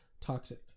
toxic